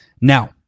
now